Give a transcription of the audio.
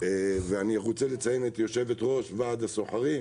ואני רוצה לציין את יושבת ראש ועד הסוחרים,